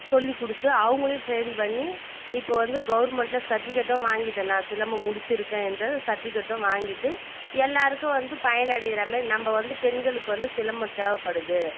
சொல்லிக்கொடுத்து அவங்களையும் ட்ரைன் பண்ணி இப்போ வந்து கவுர்மெண்ட்டில் சர்டிஃபிகேட்டும் வாங்கிவிட்டேன் நான் சிலம்பம் முடிச்சுருக்கேங்ற சர்டிவிகேட்டும் வாங்கிவிட்டு எல்லாேருக்கும் வந்து பயன் அடைகிறா மாதிரி நம்ம வந்து பெண்களுக்கு வந்து சிலம்பம் தேவைப்படுது